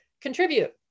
contribute